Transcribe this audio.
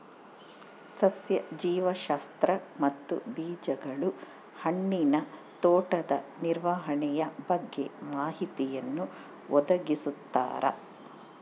ಸಸ್ಯ ಜೀವಶಾಸ್ತ್ರ ಮತ್ತು ಬೀಜಗಳು ಹಣ್ಣಿನ ತೋಟದ ನಿರ್ವಹಣೆಯ ಬಗ್ಗೆ ಮಾಹಿತಿಯನ್ನು ಒದಗಿಸ್ತದ